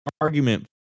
argument –